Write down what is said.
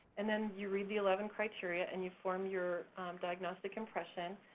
and then you read the eleven criteria and you form your diagnostic impression.